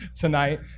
tonight